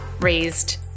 raised